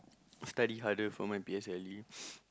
study harder for my P_S_L_E